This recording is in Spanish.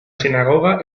sinagoga